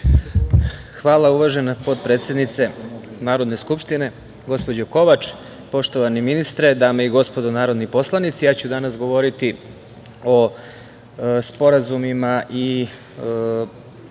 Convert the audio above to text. Hvala, uvažena potpredsednice Narodne skupštine gospođo Kovač. Poštovani ministre, dame i gospodo narodni poslanici, ja ću danas govoriti o sporazumima i aranžmanima